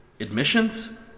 Admissions